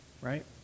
right